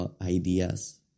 ideas